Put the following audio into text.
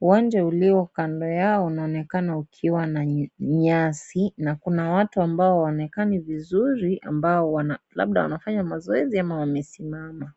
Uwanja ulio kando yao unaonekana ukiwa na nyasi na kuna watu ambao hawaonekani vizuri ambao wana labda wanafanya mazoezi ama wamesimama.